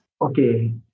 Okay